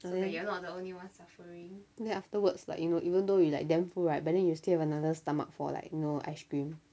but then then afterwards like you know even though we like damn full right but then you will still have another stomach for like you know ice cream